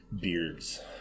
beards